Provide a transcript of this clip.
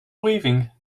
weaving